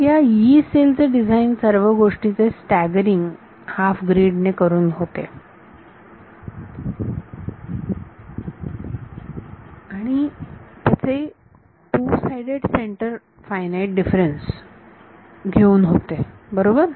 या यी सेल चे डिझाईन सर्व गोष्टींचे स्टॅगरिंग हाफ ग्रीड ने करून होते आणि त्यांचे 2 साईडेड सेंटर फायनाईट डिफरन्स घेऊन होते बरोबर